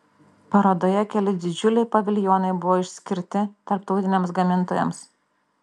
parodoje keli didžiuliai paviljonai buvo išskirti tarptautiniams gamintojams